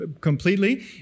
completely